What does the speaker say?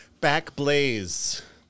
Backblaze